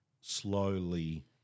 slowly